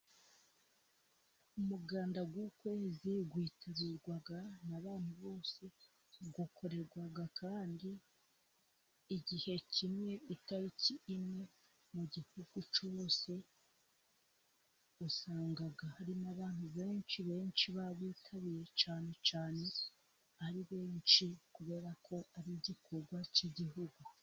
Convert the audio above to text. Umuganda w'ukwezi witarurwa n'abantu bose, ukorerwa kandi igihe kimwe, itariki imwe mu gihugu cyose, usangaga hari n'abantu benshi benshi bawitabiriye cyane cyane ari benshi, kubera ko ari igikorwa cy'igihugu.